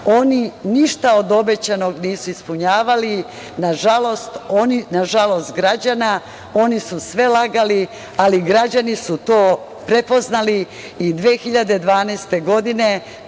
oni ništa od obećanog nisu ispunjavali. Na žalost građana, oni su sve lagali, ali građani su to prepoznali i 2012. godine